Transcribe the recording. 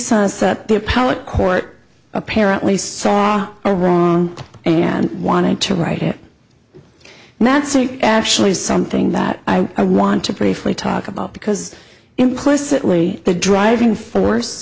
appellate court apparently saw a wrong and wanted to write it and that's actually something that i want to briefly talk about because implicitly the driving force